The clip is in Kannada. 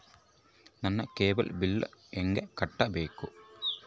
ನನ್ನ ಕೇಬಲ್ ಬಿಲ್ ಹೆಂಗ ಕಟ್ಟಬೇಕು?